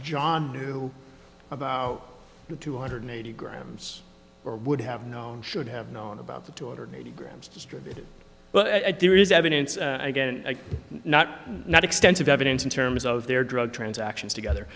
john knew about the two hundred eighty grams or would have known should have known about the two hundred eighty grams distributed but i do is evidence again not not extensive evidence in terms of their drug transactions together